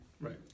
Right